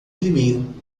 primeiro